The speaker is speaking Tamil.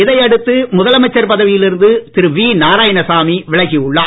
இதை அடுத்து முதலமைச்சர் பதவியில் இருந்து திரு வி நாராயணசாமி விலகி உள்ளார்